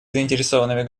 заинтересованными